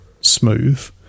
smooth